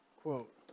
quote